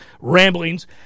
ramblings